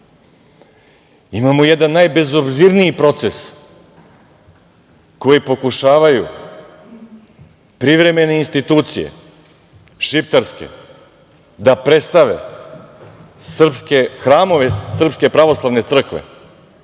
Imamo jedan najbezobzirniji proces koji pokušavaju privremene institucije, šiptarske, da predstave hramove Srpske pravoslavne crkve